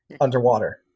underwater